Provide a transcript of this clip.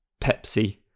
Pepsi